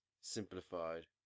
Simplified